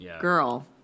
girl